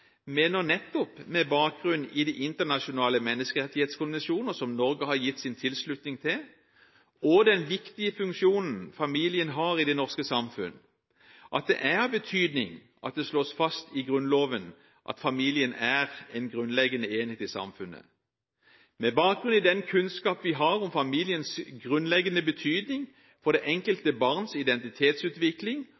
og Kristelig Folkeparti, mener – nettopp med bakgrunn i de internasjonale menneskerettighetskonvensjoner, som Norge har gitt sin tilslutning til, og den viktige funksjonen familien har i det norske samfunn – at det er av betydning at det slås fast i Grunnloven at familien er en grunnleggende enhet i samfunnet. Med bakgrunn i den kunnskap vi har om familiens grunnleggende betydning for det